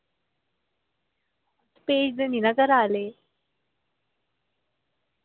भेजदे नी ना घरे आह्ले